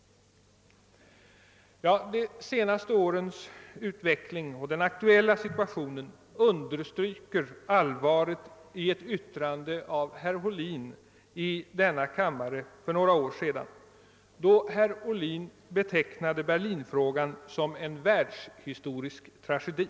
De senaste årens utveckling och den aktuella situationen understryker allvaret i ett yttrande av herr Ohlin i denna kammare för några år sedan. Han betecknade då Berlin-frågan som en världshistorisk tragedi.